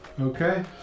Okay